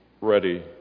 ready